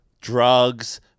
drugs